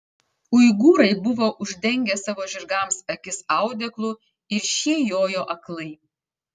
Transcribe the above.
uigūrai buvo uždengę savo žirgams akis audeklu ir šie jojo aklai